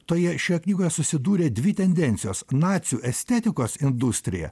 toje šioje knygoje susidūrė dvi tendencijos nacių estetikos industrija